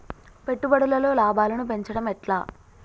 పెట్టుబడులలో లాభాలను పెంచడం ఎట్లా?